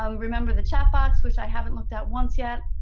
ah remember the chat box, which i haven't looked at once yet.